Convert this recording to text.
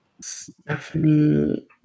Stephanie